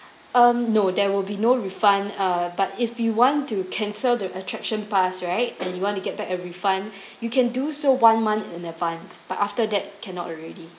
um no there will be no refund uh but if you want to cancel the attraction pass right and you want to get back a refund you can do so one month in advance but after that cannot already